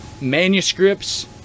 manuscripts